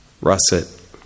russet